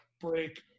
break